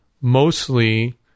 mostly